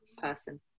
person